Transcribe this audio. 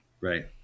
Right